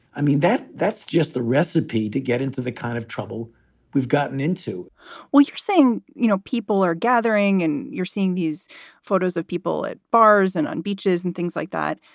i mean, that that's just the recipe to get into the kind of trouble we've gotten into well, you're saying, you know, people are gathering and you're seeing these photos of people at bars and on beaches and things like that.